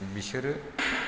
बिसोरो